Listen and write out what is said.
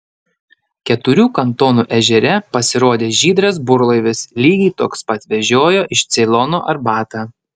keturių kantonų ežere pasirodė žydras burlaivis lygiai toks pat vežiojo iš ceilono arbatą